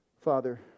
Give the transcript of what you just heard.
Father